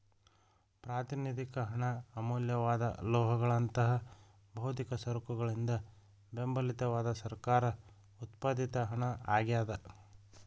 ಪ್ರಾತಿನಿಧಿಕ ಹಣ ಅಮೂಲ್ಯವಾದ ಲೋಹಗಳಂತಹ ಭೌತಿಕ ಸರಕುಗಳಿಂದ ಬೆಂಬಲಿತವಾದ ಸರ್ಕಾರ ಉತ್ಪಾದಿತ ಹಣ ಆಗ್ಯಾದ